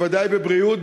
בוודאי בבריאות,